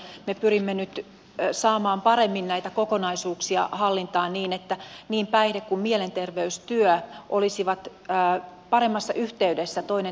me pyrimme nyt saamaan paremmin näitä kokonaisuuksia hallintaan niin että niin päihde kuin mielenterveystyö olisivat paremmassa yhteydessä toinen toisiinsa